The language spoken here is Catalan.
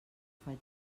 faig